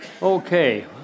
Okay